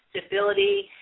stability